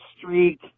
streak